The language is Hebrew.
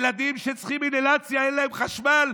ילדים שצריכים אינהלציה ואין להם חשמל,